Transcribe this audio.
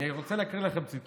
אני רוצה להקריא לכם ציטוט.